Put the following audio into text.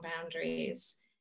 boundaries